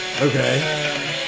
Okay